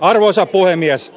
arvoisa puhemies